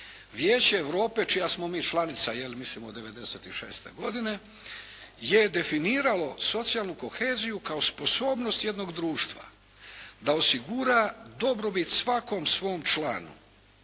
Vijeće Europe čija smo mi članica, je li mislim od '96. godine, je definiralo socijalnu koheziju kao sposobnost jednog društva da osigura dobrobit svakom svom članu,